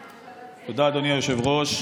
תודה, אדוני היושב-ראש.